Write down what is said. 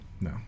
No